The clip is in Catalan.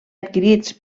adquirits